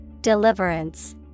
Deliverance